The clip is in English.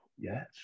Yes